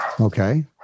okay